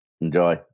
Enjoy